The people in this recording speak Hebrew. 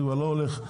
כלומר זה לא הולך,